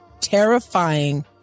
terrifying